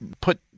put